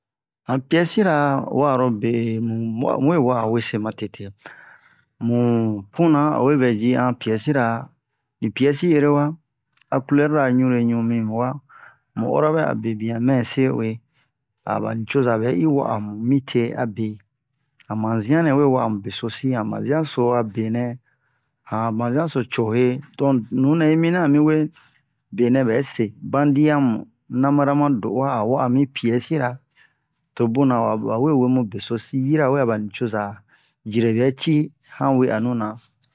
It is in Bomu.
han piɛsi ra wa'a ro be mu muwe wa'a we se matete mu puna o we vɛ ji a han piɛsi ra ni piɛsi ere wa a coulɛr ra ɲure ɲu mi mi muwa mu oro bɛ'a bebian mɛ se uwe a ba nucozo bɛ i wa'a mu mite abe han mazian nɛ we wa'a mu beso si han mazian so a benɛ han mazian so cohe to nu nɛ'i mina ami we benɛ bɛ se bandiyamu namara ma do'uwa a wa'a mi piɛsira tobuna bawe webun beso si yirawe a ba nicoza jire bɛ ci han we'anu na